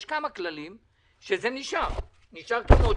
יש כמה כללים שזה נשאר, נשאר כמו שהוא,